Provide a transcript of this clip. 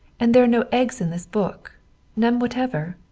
and there are no eggs in this book none whatever.